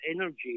energy